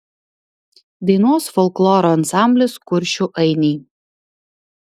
dainuos folkloro ansamblis kuršių ainiai